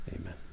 amen